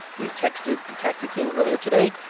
we texted the taxi king earlier today,